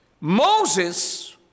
Moses